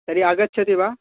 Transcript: तर्हि आगच्छति वा